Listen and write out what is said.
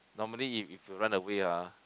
normally if if you run away ah